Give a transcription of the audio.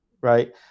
right